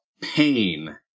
pain